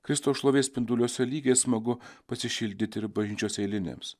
kristaus šlovės spinduliuose lygiai smagu pasišildyti ir bažnyčios eiliniams